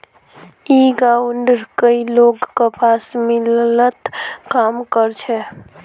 ई गांवउर कई लोग कपास मिलत काम कर छे